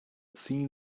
seen